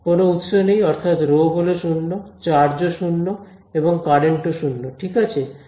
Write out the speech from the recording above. কোনও উৎস নেই অর্থাৎ ρ হল 0 চার্জ ও 0 এবং কারেন্ট ও 0 ঠিক আছে